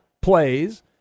plays